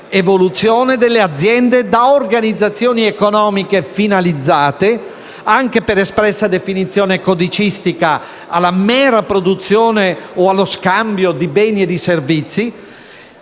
evoluzione delle aziende da organizzazioni economiche finalizzate, anche per espressa definizione codicistica, alla mera produzione o allo scambio di beni e di servizi,